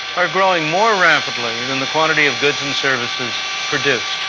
are growing more rapidly than the quantity of goods and services produced.